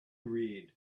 read